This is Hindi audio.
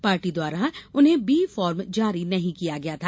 पार्टी द्वारा उन्हें बी फार्म जारी नही किया गया था